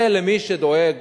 זה למי שדואג